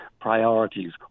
priorities